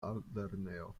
altlernejo